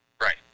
Right